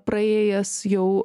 praėjęs jau